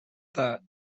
that